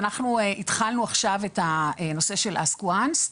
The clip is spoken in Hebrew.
אנחנו התחלנו עכשיו את הנושא של Ask Once.